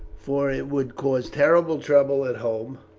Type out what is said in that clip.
for it would cause terrible trouble at home,